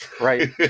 Right